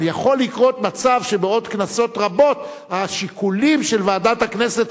אבל יכול לקרות מצב שבעוד כנסות רבות השיקולים של ועדת הכנסת,